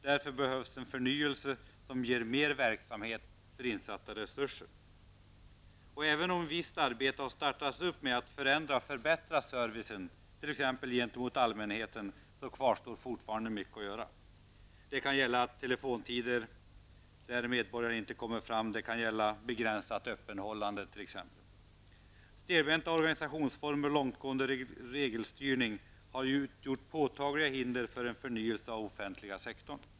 Därför behövs en förnyelse som ger mer verksamhet för insatta resurser. Även om visst arbete har startats upp med att förändra och förbättra servicen t.ex. gentemot allmänheten kvarstår fortfarande mycket att göra. Det kan gälla telefontider där medborgare inte kommer fram på telefon och det kan gälla t.ex. Stelbenta organisationsformer och långtgående regelstyrning har utgjort påtagliga hinder för en förnyelse av den offentliga sektorn.